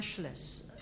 cashless